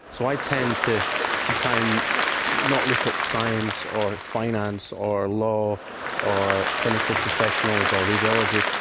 so i tend to to try and not look at science or finance or law or clinical professionals or radiology,